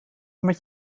met